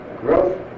growth